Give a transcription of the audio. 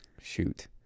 Shoot